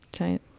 Right